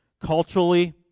culturally